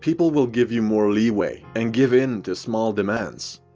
people will give you more leeway and give in to small demands.